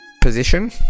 Position